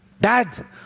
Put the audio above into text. Dad